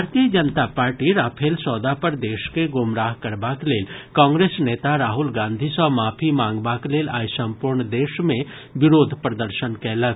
भारतीय जनता पार्टी राफेल सौदा पर देश के गुमराह करबाक लेल कांग्रेस नेता राहुल गांधी सँ माफी मांगबाक लेल आइ सम्पूर्ण देश मे विरोध प्रदर्शन कयलक